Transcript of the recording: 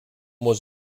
was